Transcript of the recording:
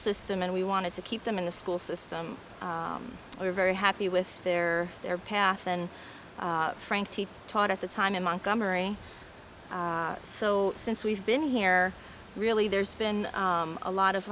system and we wanted to keep them in the school system we're very happy with their their pass and frank taught at the time in montgomery so since we've been here really there's been a lot of